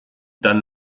dann